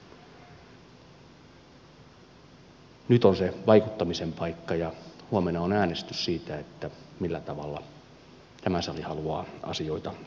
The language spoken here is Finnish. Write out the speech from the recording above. nyt on se vaikuttamisen paikka ja huomenna on äänestys siitä millä tavalla tämä sali haluaa asioita viitoittaa